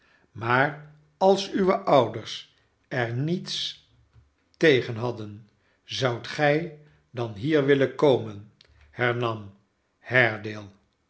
maar als uwe ouders er niets tegen hadden zoudt gij dan hier willen komen hernam